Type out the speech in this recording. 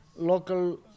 local